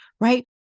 right